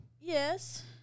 Yes